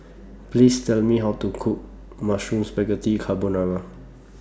Please Tell Me How to Cook Mushroom Spaghetti Carbonara